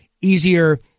easier